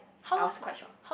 I was quite shocked